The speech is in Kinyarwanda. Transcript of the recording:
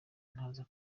ntaza